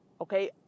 okay